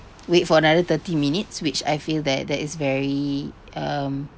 wait for another thirty minutes which I feel that that is very um